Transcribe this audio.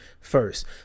first